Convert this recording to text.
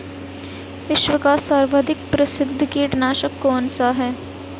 विश्व का सर्वाधिक प्रसिद्ध कीटनाशक कौन सा है?